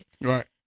Right